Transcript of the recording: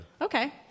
okay